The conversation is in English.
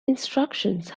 instructions